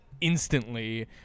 instantly